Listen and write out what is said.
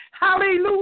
Hallelujah